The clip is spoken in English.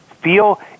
feel